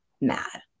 mad